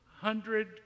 hundred